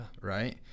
right